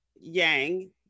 Yang